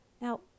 Now